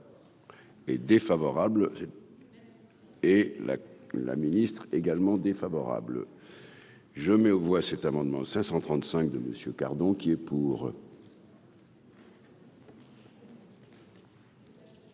Et défavorable et là. La ministre également défavorable. Je me vois cet amendement 535 de monsieur qui est pour.